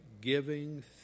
giving